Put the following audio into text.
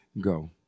Go